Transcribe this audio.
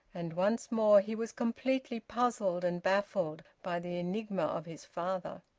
and once more he was completely puzzled and baffled by the enigma of his father.